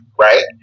right